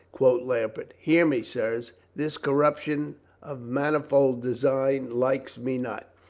quoth lambert. hear me, sirs. this corruption of man ifold designs likes me not.